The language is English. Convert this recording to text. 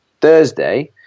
thursday